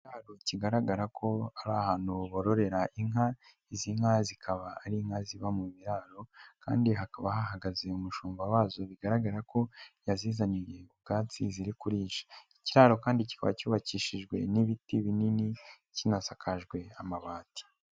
Ikiraro kigaragara ko ari ahantu bororera inka, izi nka zikaba ari inka ziba mu biraro kandi hakaba hahagaze umushumba wazo bigaragara ko yazizaniyeye ku ubwatsi ziri kurisha, ikiraro kandi kikaba cyubakishijwe n'ibiti binini kinasakajwe amabati.